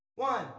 One